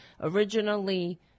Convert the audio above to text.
Originally